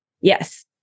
Yes